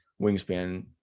wingspan